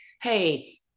Hey